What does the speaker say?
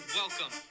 welcome